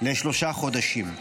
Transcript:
לשלושה חודשים.